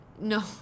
No